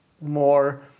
more